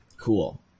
cool